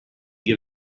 give